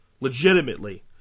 legitimately